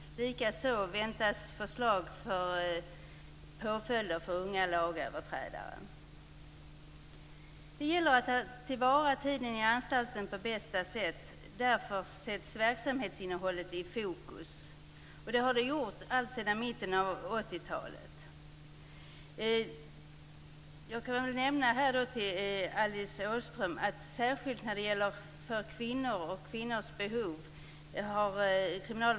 Likaså väntas förslag till påföljder för unga lagöverträdare. Det gäller att ta till vara tiden på anstalten på bästa sätt, därför sätts verksamhetsinnehållet i fokus. Det har det gjort alltsedan mitten av 80-talet. Jag kan nämna för Alice Åström att kriminalvården arbetar med ett särskilt uppdrag när det gäller kvinnor och kvinnors behov.